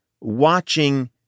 watching